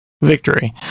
Victory